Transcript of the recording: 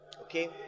Okay